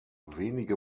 wenige